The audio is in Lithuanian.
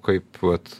kaip vat